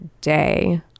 day